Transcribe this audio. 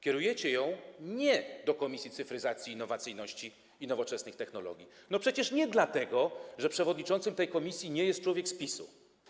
Kierujecie ją nie do Komisji Cyfryzacji, Innowacyjności i Nowoczesnych Technologii przecież nie dlatego, że przewodniczącym tej komisji nie jest człowiek z PiS-u.